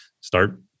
start